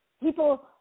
People